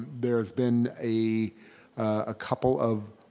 there's been a ah couple of,